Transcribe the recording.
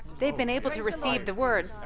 they've been able to receive the words.